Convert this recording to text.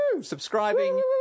subscribing